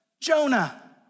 Jonah